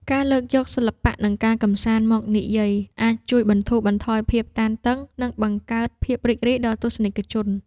ការលើកយក សិល្បៈ និងការកម្សាន្ត មកនិយាយ អាចជួយបន្ធូរបន្ថយភាពតានតឹង និងបង្កើតភាពរីករាយដល់ទស្សនិកជន។